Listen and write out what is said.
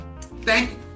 Thank